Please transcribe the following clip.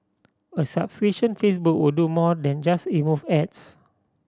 a subscription Facebook would do more than just remove ads